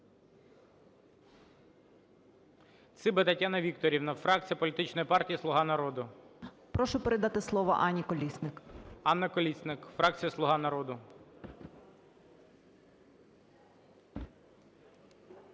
Прошу передати слово Анні Колісник.